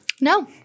No